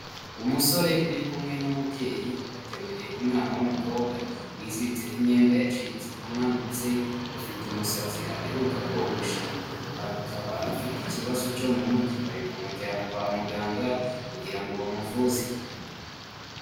Umusore uri kumwe n'umubyeyi, bateruye umwana w'umukobwa wiziritseho imyenda yacitse, unanutse, ufite umusatsi adaheruka kogosha, akaba afite ikibazo cyo mu mutwe. Bari kumujyana kwa muganga kugira ngo bamuvuze.